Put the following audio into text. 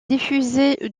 diffusée